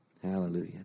Hallelujah